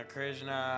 Krishna